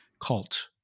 cult